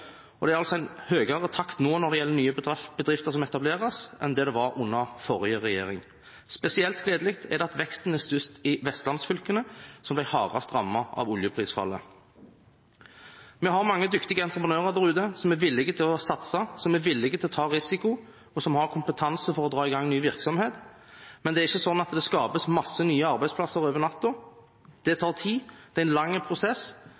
periode. Det er altså nå en høyere takt når det gjelder nye bedrifter som etableres, enn det var under forrige regjering. Spesielt gledelig er det at veksten er størst i Vestlands-fylkene, som ble hardest rammet av oljeprisfallet. Vi har mange dyktige entreprenører der ute som er villige til å satse, som er villige til å ta risiko, og som har kompetanse til å dra i gang ny virksomhet. Men det er ikke sånn at det skapes mange nye arbeidsplasser over natten. Det tar tid, det er en lang prosess,